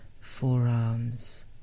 forearms